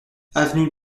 avenue